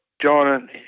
John